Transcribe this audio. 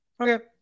Okay